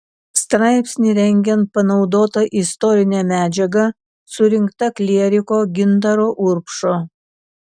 straipsnį rengiant panaudota istorinė medžiaga surinkta klieriko gintaro urbšo